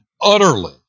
utterly